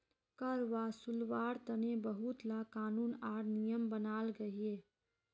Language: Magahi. कर वासूल्वार तने बहुत ला क़ानून आर नियम बनाल गहिये